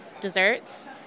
desserts